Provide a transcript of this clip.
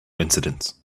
incidents